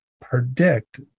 predict